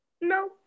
No